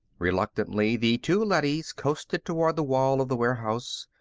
reluctantly, the two leadys coasted toward the wall of the warehouse.